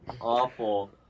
awful